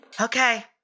Okay